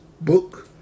book